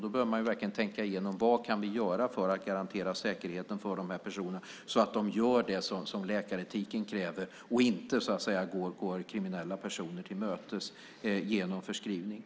Då bör man verkligen tänka igenom vad vi kan göra för att garantera säkerheten för de här personerna så att de gör det som läkaretiken kräver och inte går kriminella personer till mötes genom förskrivning.